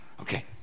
okay